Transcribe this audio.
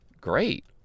great